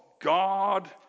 God